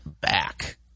back